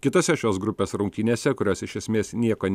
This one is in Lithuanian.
kitose šios grupės rungtynėse kurios iš esmės nieko